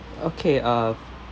okay uh